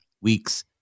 Weeks